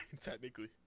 technically